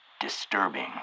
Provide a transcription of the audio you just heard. disturbing